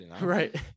Right